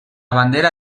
bandera